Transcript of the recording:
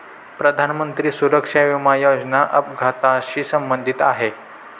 प्रधानमंत्री सुरक्षा विमा योजना अपघाताशी संबंधित आहे